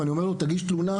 ואני אומר לו: תגיש תלונה,